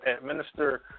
administer